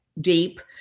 deep